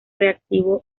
reactivo